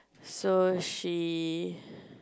so she